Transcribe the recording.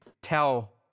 tell